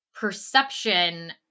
perception